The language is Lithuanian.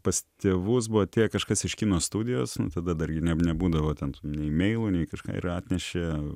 pas tėvus buvo atėję kažkas iš kino studijos nu tada dargi ne nebūdavo ten nei meilų nei kažką ir atnešė